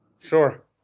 Sure